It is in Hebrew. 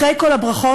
אחרי כל הברכות,